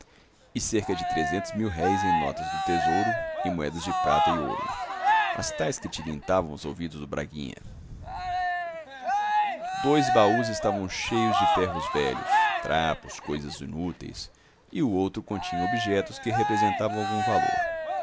e cerca de trezentos mil réis em notas do tesouro e moedas de prata e ouro as tais que tilintavam aos ouvidos do braguinha dois baús estavam cheios de ferros velhos trapos coisas inúteis e o outro continha objetos que representavam algum valor